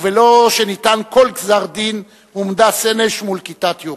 ובלא שניתן כל גזר-דין הועמדה סנש מול כיתת יורים.